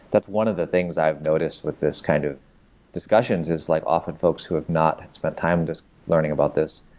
that's one of the things i've noticed with this kind of discussions is, like often, folks who have not spent time just learning about this,